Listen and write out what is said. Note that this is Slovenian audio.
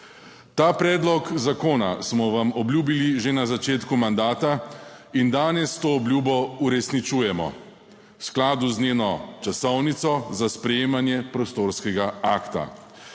Ta predlog zakona smo vam obljubili že na začetku mandata in danes to obljubo uresničujemo v skladu z njeno časovnico za sprejemanje prostorskega akta,